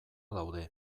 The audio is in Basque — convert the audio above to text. daude